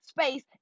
space